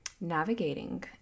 navigating